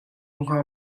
hnga